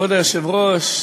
כבוד היושב-ראש,